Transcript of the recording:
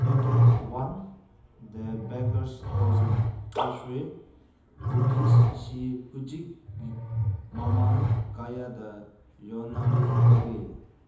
packet one ꯗ baker's dozen ꯀꯦꯁ꯭ꯋꯤ ꯀꯨꯛꯀꯤꯁꯁꯤ ꯍꯧꯖꯤꯛ ꯃꯃꯜ ꯀꯌꯥꯗ ꯌꯣꯟꯅꯔꯤꯕꯒꯦ